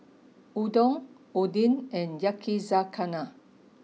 Udon Oden and Yakizakana